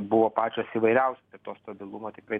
buvo pačios įvairiausios ir to stabilumo tikrai